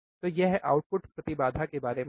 तो यह आउटपुट प्रतिबाधा के बारे में है